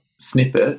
snippet